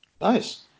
Nice